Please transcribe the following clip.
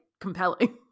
compelling